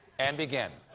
and begin.